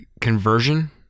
conversion